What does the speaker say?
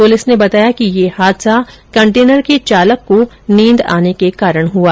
police ने बताया कि यह हादसा कंटेनर के चालक को नींद आने के कारण हुआ